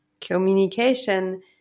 communication